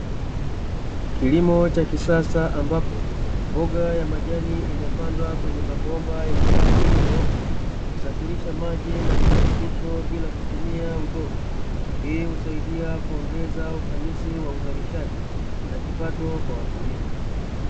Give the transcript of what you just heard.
Kilimo cha kisasa ambapo mboga ya majani imepandwa kwenye mabomba yenye rangi nyeupe, husafirisha maji na virutubisho bila kutumia udongo. Hii husaidia kuongeza ufanisi wa uzalishaji na kipato kwa wakulima.